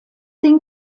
zehn